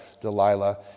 Delilah